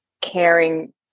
caring